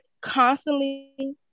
constantly